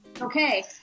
Okay